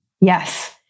Yes